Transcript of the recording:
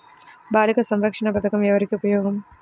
బాలిక సంరక్షణ పథకం ఎవరికి ఉపయోగము?